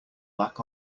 lack